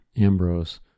Ambrose